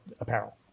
apparel